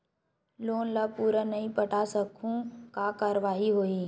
Loan ला पूरा नई पटा सकहुं का कारवाही होही?